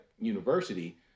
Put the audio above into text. university